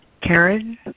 Karen